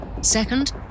Second